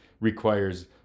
requires